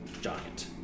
giant